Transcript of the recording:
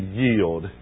yield